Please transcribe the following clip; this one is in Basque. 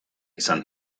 izan